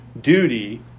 duty